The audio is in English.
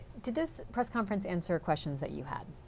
did this press conference answer questions that you had?